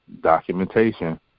documentation